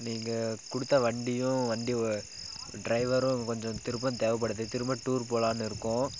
நீங்கள் கொடுத்த வண்டியும் வண்டி வ டிரைவரும் கொஞ்சம் திருப்பந் தேவைப்படுது திரும்ப டூர் போலான்னு இருக்கோம்